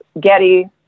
Getty